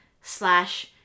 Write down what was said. slash